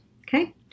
Okay